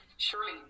Surely